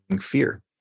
fear